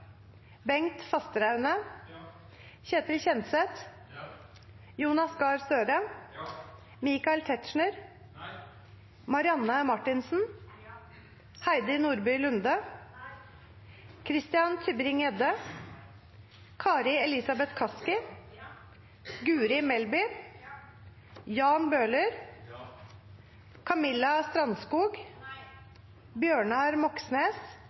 Bengt Fasteraune, Ketil Kjenseth, Jonas Gahr Støre, Marianne Marthinsen, Kari Elisabeth Kaski, Guri Melby, Jan Bøhler, Bjørnar Moxnes,